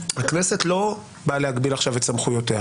הכנסת לא באה להגביל עכשיו את סמכויותיה.